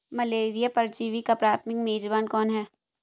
Malaria परजीवी का प्राथमिक मेजबान कौन है?